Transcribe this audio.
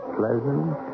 pleasant